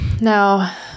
Now